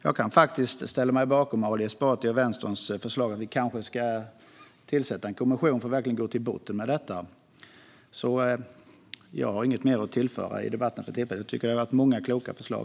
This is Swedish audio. Jag kan faktiskt ställa mig bakom Ali Esbatis och Vänsterns förslag - vi kanske ska tillsätta en kommission för att verkligen gå till botten med detta. Jag har inget mer att tillföra i debatten för tillfället. Jag tycker att det har kommit många kloka förslag.